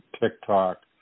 TikTok